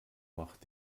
macht